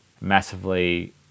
massively